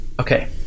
okay